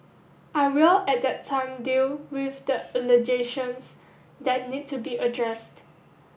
I will at that time deal with the allegations that need to be addressed